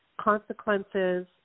consequences